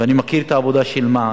ואני מכיר את העבודה של מע"צ,